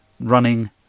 running